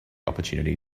opportunity